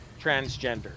transgender